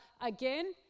again